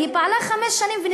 תודה.